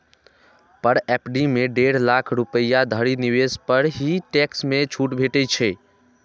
पर FD मे डेढ़ लाख रुपैया धरि निवेश पर ही टैक्स मे छूट भेटै छै